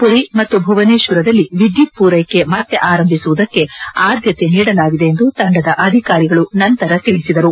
ಪುರಿ ಮತ್ತು ಭುವನೇಶ್ವರದಲ್ಲಿ ವಿದ್ಯುತ್ ಪೂರೈಕೆ ಮತ್ತೆ ಆರಂಭಿಸುವುದಕ್ಕೆ ಆದ್ಯತೆ ನೀಡಲಾಗಿದೆ ಎಂದು ತಂಡದ ಅಧಿಕಾರಿಗಳು ನಂತರ ತಿಳಿಸಿದರು